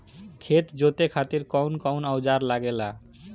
खेत जोते खातीर कउन कउन औजार लागेला?